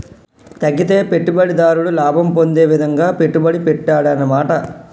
తగ్గితే పెట్టుబడిదారుడు లాభం పొందే విధంగా పెట్టుబడి పెట్టాడన్నమాట